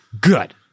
good